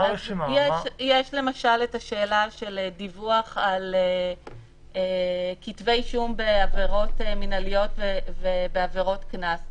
יש למשל את השאלה של דיווח על כתבי אישום בעבירות מנהליות ועבירות קנס.